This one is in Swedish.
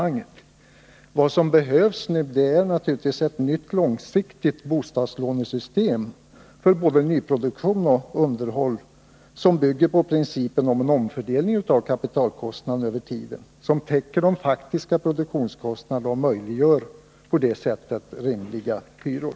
Vad som bl.a. behövs nu är naturligtvis ett nytt, långsiktigt bostadslånesystem för både nyproduktion och underhåll som bygger på principen om en omfördelning av kapitalkostnaderna över tiden och som täcker de faktiska produktionskostnaderna och på det sättet möjliggör rimliga hyror.